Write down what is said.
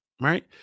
right